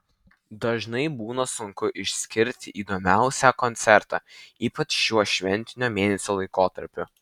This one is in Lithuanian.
dažnai būna sunku išskirti įdomiausią koncertą ypač šiuo šventinio mėnesio laikotarpiu